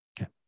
Okay